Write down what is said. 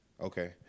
Okay